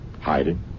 hiding